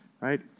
right